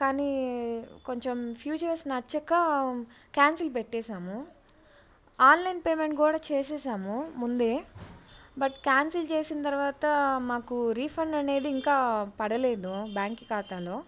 కానీ కొంచెం ఫ్యూచర్స్ నచ్చక కాన్సిల్ పెట్టాము ఆన్లైన్ పేమెంట్ కూడా చేసాము ముందే బట్ కాన్సిల్ చేసిన తర్వాత మాకు రిఫండ్ అనేది ఇంకా పడలేదు బ్యాంక్ ఖాతాలో